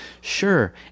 sure